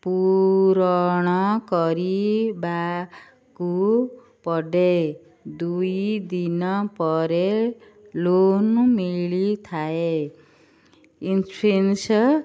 ପୂରଣ କରିବାକୁ ପଡ଼େ ଦୁଇ ଦିନ ପରେ ଲୋନ୍ ମିଳିଥାଏ ଇନ୍ସୁରେନ୍ସ୍